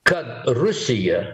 kad rusija